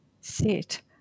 sit